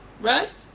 right